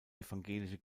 evangelische